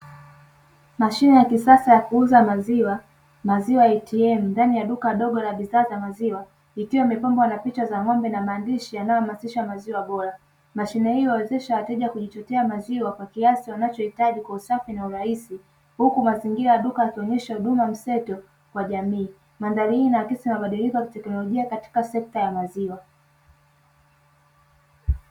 Mashine ya kisasa ya kuuza maziwa maziwa ATM ndani ya duka dogo la bidhaa za maziwa ikiwa imepambwa na picha na maandishi yanayohamasisha maziwa bora ng'ombe, ili kuwawezesha wateja kujichotea maziwa kwa kiasi wanachohitaji kwa usafi na urahisi huku mazingira ya duka yakionyesha huduma mseto kwa jamii. Mandhari hii inaonyesha mabadiliko ya kiteknolojia katika sekta ya maziwa.